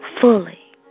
fully